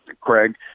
Craig